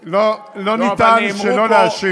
שלא להשיב